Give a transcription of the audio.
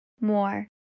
more